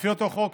לפי אותו חוק,